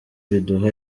biduha